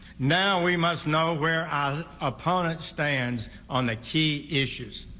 now we must know where our opponent stands on the key issues.